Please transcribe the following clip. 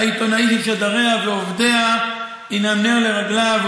העיתונאי של שדריה ועובדיה הינם נר לרגליו,